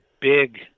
big